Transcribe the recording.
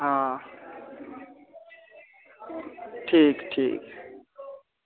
हां ठीक ठीक